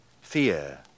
Fear